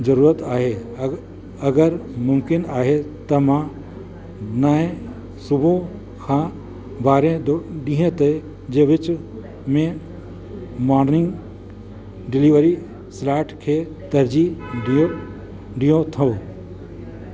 जरूरत आहे अग अगरि मुमकिन आहे त मां नाए सुबुह खां ॿारहं द ॾींहं ते जे विच में मॉर्निंग डिलीवरी स्लॉट खे तरजीअ ॾियो ॾियो थो